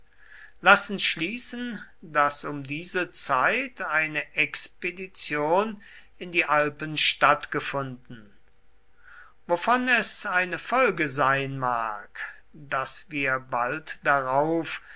lassen schließen daß um diese zeit eine expedition in die alpen stattgefunden wovon es eine folge sein mag daß wir bald darauf